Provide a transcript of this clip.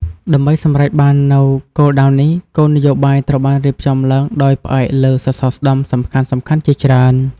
ដើម្បីសម្រេចបាននូវគោលដៅនេះ គោលនយោបាយត្រូវបានរៀបចំឡើងដោយផ្អែកលើសសរស្តម្ភសំខាន់ៗជាច្រើន។